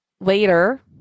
later